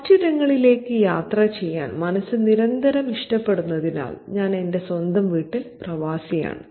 മറ്റിടങ്ങളിലേക്ക് യാത്ര ചെയ്യാൻ മനസ്സ് നിരന്തരം ഇഷ്ടപ്പെടുന്നതിനാൽ ഞാൻ എന്റെ സ്വന്തം വീട്ടിൽ പ്രവാസിയാണ്